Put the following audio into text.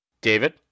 David